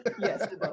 Yes